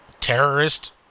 terrorist